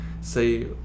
say